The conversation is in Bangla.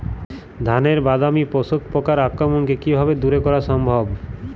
ধানের বাদামি শোষক পোকার আক্রমণকে কিভাবে দূরে করা সম্ভব?